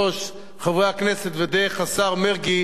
ודרך השר מרגי לממשלה כולה,